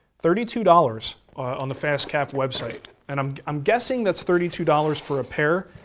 thirty two dollars on the fastcap website, and i'm i'm guessing that's thirty two dollars for a pair.